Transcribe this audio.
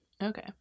okay